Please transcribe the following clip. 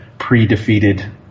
pre-defeated